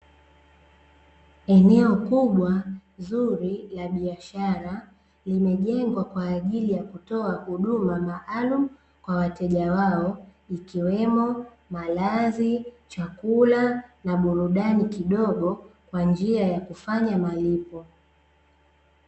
Eneo kubwa zuri la biashara, limejengwa kwa ajili ya kutoa huduma maalumu kwa wateja wao, ikiwemo; malazi, chakula na burudani kidogo kwa njia ya kufanya malipo.